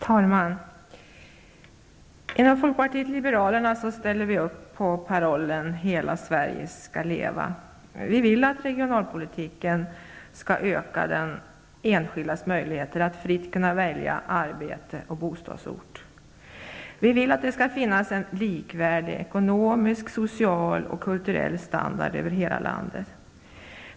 Herr talman! Inom folkpartiet liberalerna ställer vi upp bakom parollen Hela Sverige skall leva. Vi vill att regionalpolitiken skall öka den enskildes möjlighet att fritt kunna välja arbete och bostadsort. Vi vill att det skall finnas en likvärdig ekonomisk, social och kulturell över hela landet.